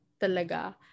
talaga